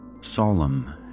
solemn